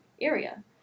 area